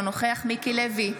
אינו נוכח מיקי לוי,